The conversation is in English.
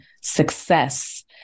success